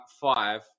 five